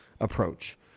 approach